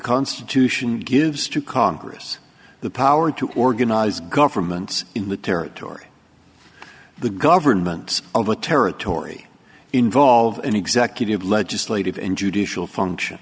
constitution gives to congress the power to organize governments in the territory the governments of a territory involve an executive legislative and judicial function